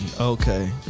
Okay